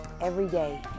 Everyday